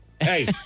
Hey